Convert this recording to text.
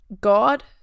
God